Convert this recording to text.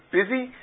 busy